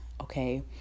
okay